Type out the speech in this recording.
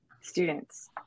students